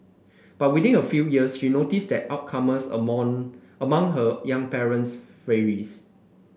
but within a few years she noticed that outcomes among among her young patients varies